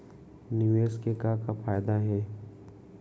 निवेश के का का फयादा हे?